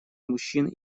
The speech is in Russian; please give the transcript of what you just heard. мужчин